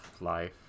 life